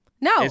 no